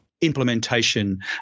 implementation